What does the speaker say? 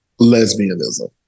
lesbianism